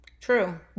True